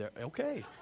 Okay